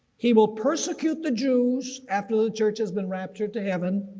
he will persecute the jews after the church has been raptured to heaven,